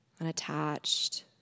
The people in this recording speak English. Unattached